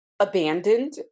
abandoned